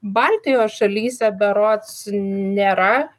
baltijos šalyse berods nėra